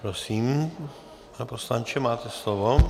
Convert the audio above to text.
Prosím, pane poslanče, máte slovo.